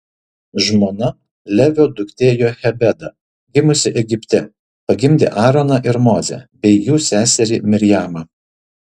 žmona levio duktė jochebeda gimusi egipte pagimdė aaroną ir mozę bei jų seserį mirjamą